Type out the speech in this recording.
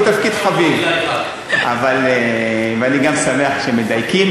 הוא תפקיד חביב, אבל, ואני גם שמח שמדייקים.